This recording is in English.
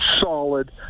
solid